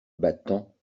battants